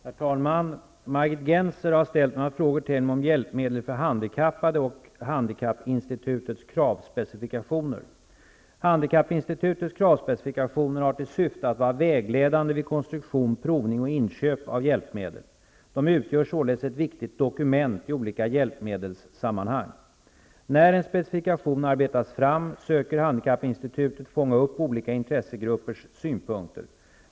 Herr talman! Margit Gennser har ställt några frågor till mig om hjälpmedel för handikappade och Handikappinstitutets kravspecifikationer har till syfte att vara vägledande vid konstruktion, provning och inköp av hjälpmedel. De utgör således ett viktigt dokument i olika hjälpmedelssammanhang. När en specifikation arbetas fram söker Handikappinstitutet fånga upp olika intressegruppers synpunkter.